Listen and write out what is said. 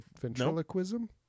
Ventriloquism